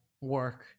work